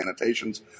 annotations